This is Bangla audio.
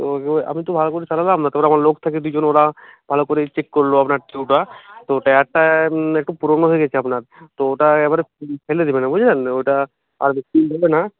তো আমি তো ভালো করে সারালাম তারপর আমার লোক থাকে দুজন ওরা ভালো করে চেক করলো আপনার স্ক্রুটা তো ট্যায়ারটা একটু পুরোনো হয়ে গেছে আপনার তো ওটা একবারে ফেলে দিবেন বুঝলেন ওটা আর না